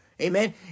Amen